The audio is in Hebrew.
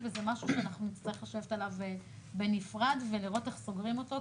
וזה משהו שנצטרך להתייחס עליו בנפרד ולראות איך סוגרים אותו,